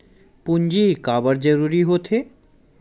पूंजी का बार जरूरी हो थे?